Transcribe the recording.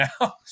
now